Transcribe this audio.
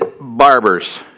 barbers